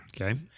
Okay